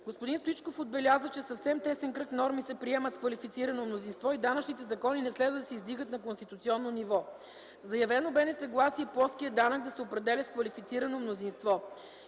Господин Стоичков отбеляза, че съвсем тесен кръг норми се приемат с квалифицирано мнозинство и данъчните закони не следва да се издигат на конституционно ниво. Заявено бе несъгласие плоският данък да се определя с квалифицирано мнозинство.